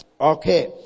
Okay